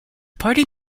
party